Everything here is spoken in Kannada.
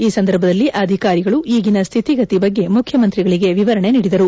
ಈ ಸಂದರ್ಭದಲ್ಲಿ ಅಧಿಕಾರಿಗಳು ಈಗಿನ ಸ್ಥಿತಿಗತಿ ಬಗ್ಗೆ ಮುಖ್ಯಮಂತ್ರಿಗಳಿಗೆ ವಿವರಣೆ ನೀಡಿದರು